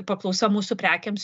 paklausa mūsų prekėms